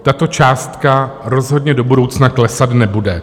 Tato částka rozhodně do budoucna klesat nebude.